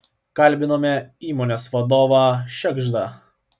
kalbinome įmonės vadovą šegždą